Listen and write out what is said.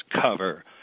cover